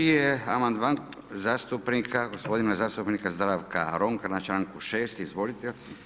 3. je amandman zastupnika, gospodina zastupnika Zdravka Ronka na članak 6. izvolite.